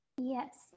Yes